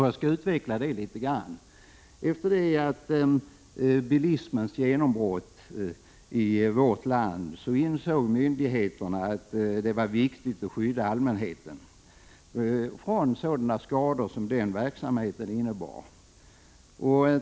Jag skall utveckla de tankarna litet grand. Efter bilismens genombrott i vårt land insåg myndigheterna att det var viktigt att skydda allmänheten från sådana skador som den verksamheten kunde föra med sig.